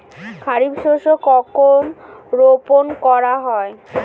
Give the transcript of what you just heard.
খারিফ শস্য কখন রোপন করা হয়?